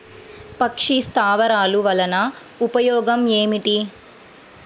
పక్షి స్థావరాలు వలన ఉపయోగం ఏమిటి?